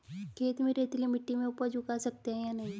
खेत में रेतीली मिटी में उपज उगा सकते हैं या नहीं?